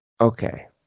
Okay